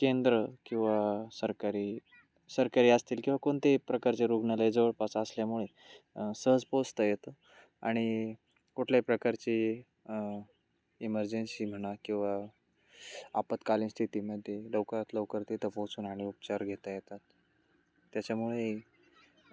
केंद्र किंवा सरकारी सरकारी असतील किंवा कोणतेही प्रकारचे रुग्णालय जवळपास असल्यामुळे सहज पोचता येतं आणि कुठल्याही प्रकारची इमर्जन्सी म्हणा किंवा आपतकालीन स्थितीमध्ये लवकरात लवकर तिथं पोचून आणि उपचार घेता येतात त्याच्यामुळे